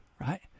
right